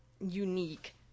unique